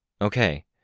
Okay